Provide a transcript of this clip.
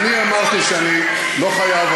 אני אמרתי שאני לא חייב,